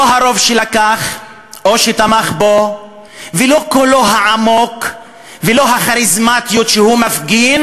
לא הרוב שלקח או שתמך בו ולא קולו העמוק ולא הכריזמטיות שהוא מפגין,